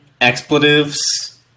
expletives